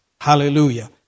Hallelujah